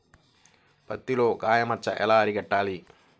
పత్తిలో కాయ మచ్చ ఎలా అరికట్టాలి?